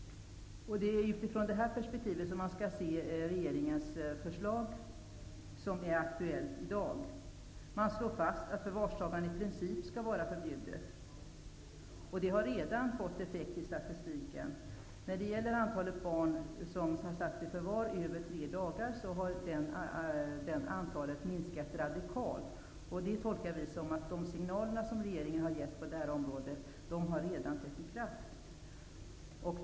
Det är utifrån det här perspektivet som man skall se regeringens förslag, som är aktuellt i dag. Man slår fast att förvarstagande i princip skall vara förbjudet. Det har redan fått effekt i statistiken. Antalet barn som har satts i förvar över tre dagar har minskat radikalt. Det tolkar vi som att de signaler som regeringen har gett på det här området redan har fått efterföljd.